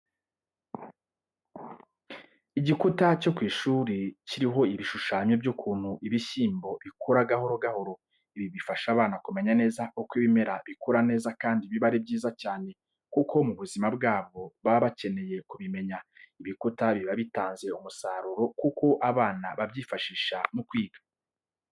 Igikuta cyo ku ishuri kiriho ibishushanyo by'ukuntu ibishyimbo bikura gahoro gahoro. Ibi bifasha abana kumenya neza uko ibimera bikura neza kandi biba ari byiza cyane kuko mu buzima bwabo baba bakeneye kubimenya. Ibikuta biba bitanze umusaruro kuko abana babyifashisha mu kwiga.